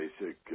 basic